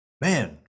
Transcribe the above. man